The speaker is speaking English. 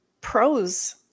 pros